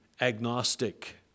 agnostic